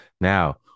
Now